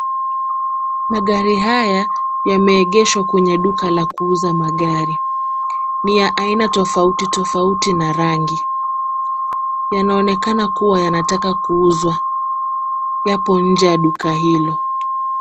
Magari haya yameegeshwa kwenye duka la kuuza magari, ni ya aina tofauti tofauti na rangi. Yanaonekana kuwa yanataka kuuzwa, yapo nje ya duka hilo.